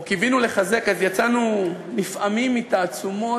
שבו קיווינו לחזק, אז, יצאנו נפעמים מתעצומות